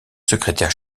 secrétaire